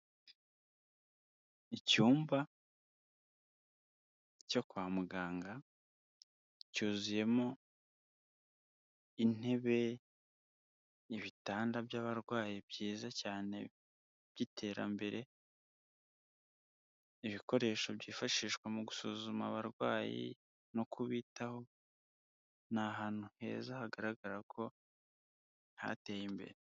Icyumba cyo kwa muganga cyuzuyemo intebe, ibitanda by'abarwayi byiza cyane by'iterambere, ibikoresho byifashishwa mu gusuzuma abarwayi no kubitaho ni ahantu heza hagaragara ko hateye imbere.